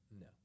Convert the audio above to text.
No